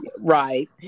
Right